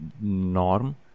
norm